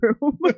room